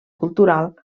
cultural